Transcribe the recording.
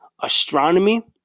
Astronomy